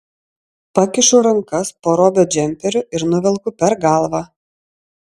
pakišu rankas po robio džemperiu ir nuvelku per galvą